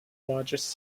largest